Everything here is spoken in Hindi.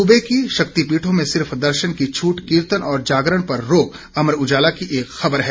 सूबे की शक्तिपीठों में सिर्फ दर्शन की छूट कीर्तन और जागरण पर रोक अमर उजाला की एक ख़बर है